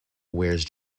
wears